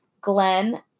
glenn